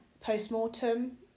post-mortem